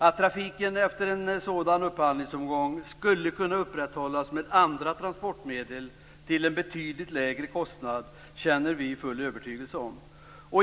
Att trafiken efter en sådan upphandlingsomgång skulle kunna upprätthållas med andra transportmedel till en betydligt lägre kostnad känner vi oss fullt övertygade om.